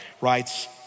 writes